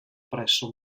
presso